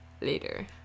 later